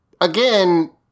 again